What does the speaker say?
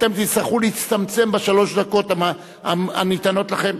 אתם תצטרכו להצטמצם בשלוש הדקות הניתנות לכם.